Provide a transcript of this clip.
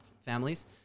families